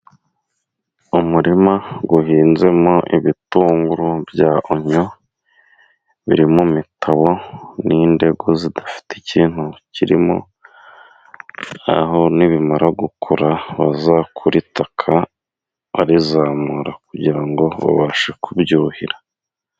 Umurima uhinzemo ibitunguru bya onyo biri mu mitabo n'indego zidafite ikintu kirimo ,aho nibimara gukura bazakura itaka barizamura kugira ngo babashe kubyuhira.